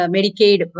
Medicaid